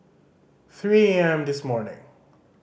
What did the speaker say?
three A M this morning